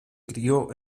crio